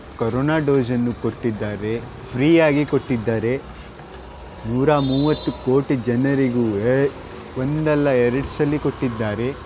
corona ಡೋಸನ್ನು ಕೊಟ್ಟಿದ್ದಾರೆ ಫ್ರೀಯಾಗಿ ಕೊಟ್ಟಿದ್ದಾರೆ ನೂರಾ ಮೂವತ್ತು ಕೋಟಿ ಜನರಿಗೂ ಒಂದಲ್ಲ ಎರ್ಡು ಸಲ ಕೊಟ್ಟಿದ್ದಾರೆ